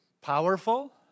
Powerful